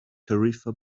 tarifa